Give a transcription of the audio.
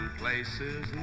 places